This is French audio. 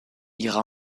ira